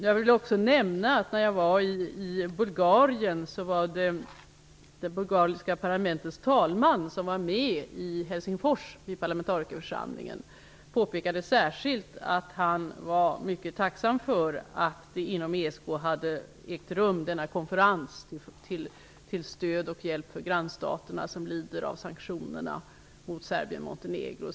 Jag vill också nämna att när jag var i Bulgarien påpekade det bulgariska parlamentets talman, som också var med i parlamentarikerförsamlingen i Helsingfors, särskilt att han var mycket tacksam för att ESK hade genomfört denna konferens till stöd och hjälp för grannstaterna som lider av sanktionerna mot Serbien-Montenegro.